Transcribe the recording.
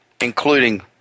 including